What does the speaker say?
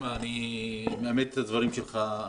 אני מאמץ את הדברים שלך.